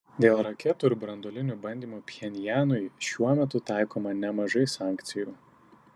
dėl raketų ir branduolinių bandymų pchenjanui šiuo metu taikoma nemažai sankcijų